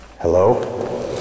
hello